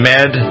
Med